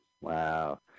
Wow